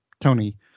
Tony